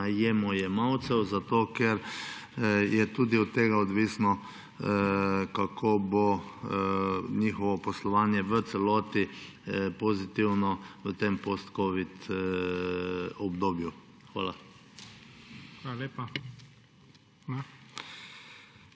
najemojemalcem, ker je tudi od tega odvisno, kako bo njihovo poslovanje v celoti pozitivno v tem postcovidnem obdobju. Hvala PREDSEDNIK